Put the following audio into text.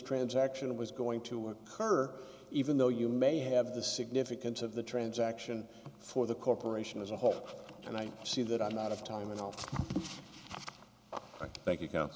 transaction was going to occur even though you may have the significance of the transaction for the corporation as a whole and i see that i'm out of time involved thank you